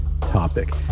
topic